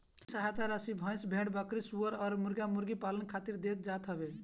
इ सहायता राशी गाई, भईस, भेड़, बकरी, सूअर अउरी मुर्गा मुर्गी पालन खातिर देहल जात हवे